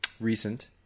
recent